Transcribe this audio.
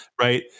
right